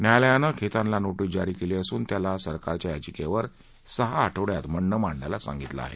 यायालयानं खेतानला नोटीस जारी केली असून याला सरकार या याचिकेंचर सहा आठवझ्यात हणणं मांडायला सांगितलं आहे